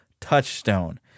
touchstone